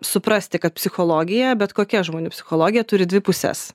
suprasti kad psichologija bet kokia žmonių psichologija turi dvi puses